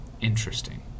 interesting